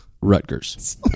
Rutgers